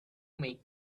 may